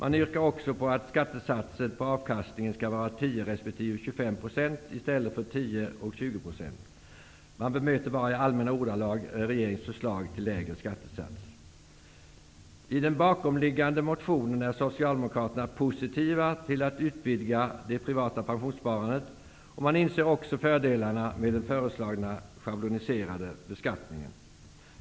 De yrkar också på att skattesatsen på avkastningen skall vara 10 % resp. 25 % i stället för 9 % resp. 20 %. De bemöter bara i allmänna ordalag regeringens förslag till lägre skattesats. Socialdemokraterna positiva till att utvidga det privata pensionssparandet, och de inser också fördelarna med den föreslagna schabloniserade beskattningen.